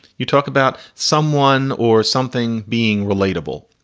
you talk about someone or something being relatable.